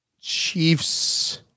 Chiefs